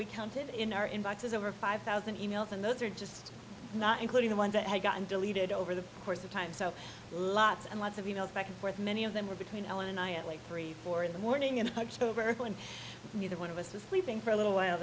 we counted in our inbox is over five thousand e mails and those are just not including the ones that have gotten deleted over the course of time so lots and lots of e mails back and forth many of them were between ellen and i at like three four in the morning and neither one of us to sleeping for a little while